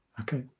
Okay